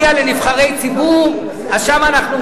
חיצוני עכשיו.